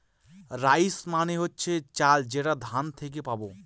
rice মানে হচ্ছে চাল যেটা ধান থেকে পাবো